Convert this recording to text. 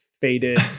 faded